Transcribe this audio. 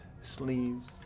sleeves